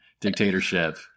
dictatorship